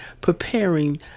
preparing